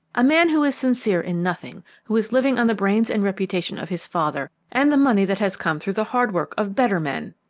a man who is sincere in nothing, who is living on the brains and reputation of his father, and the money that has come through the hard work of better men.